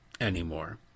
anymore